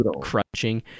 crunching